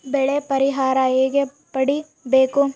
ಬೆಳೆ ಪರಿಹಾರ ಹೇಗೆ ಪಡಿಬೇಕು?